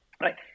right